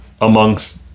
amongst